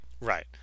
Right